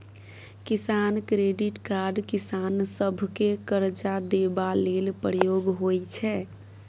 किसान credit card किसान सभकेँ करजा देबा लेल प्रयोग होइ छै